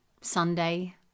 Sunday